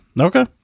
Okay